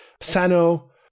Sano